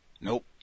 Nope